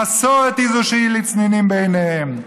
המסורת היא זו שהיא לצנינים בעיניהם.